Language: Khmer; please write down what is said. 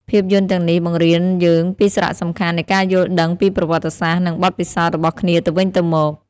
ភាពយន្តទាំងនេះបង្រៀនយើងពីសារៈសំខាន់នៃការយល់ដឹងពីប្រវត្តិសាស្រ្ត និងបទពិសោធន៍របស់គ្នាទៅវិញទៅមក។